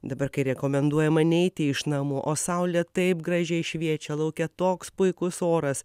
dabar kai rekomenduojama neiti iš namų o saulė taip gražiai šviečia lauke toks puikus oras